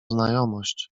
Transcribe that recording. znajomość